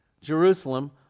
Jerusalem